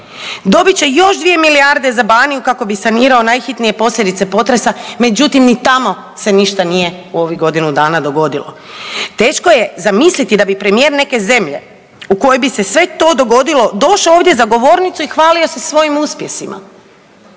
Dobit će još 2 milijarde za Banovinu kako bi sanirao najhitnije posljedice potresa, međutim ni tamo se ništa nije u ovih godinu dana dogodilo. Teško je zamisliti da bi premijer neke zemlje u kojoj bi se sve to dogodilo došao ovdje za govornicu i hvalio se svojim uspjesima.